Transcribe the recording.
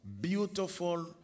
Beautiful